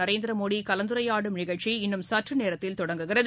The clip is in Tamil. நரேந்திரமோடி கலந்துரையாடும் நிகழ்ச்சி இன்னும் சற்றுநேரத்தில் தொடங்குகிறது